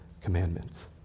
commandments